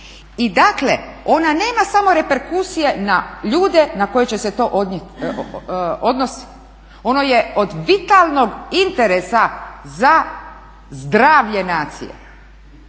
I dakle, ona nema samo reperkusije na ljude na koje će se to odnosi. Ono je od vitalnog interesa za zdravlje nacije,